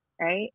right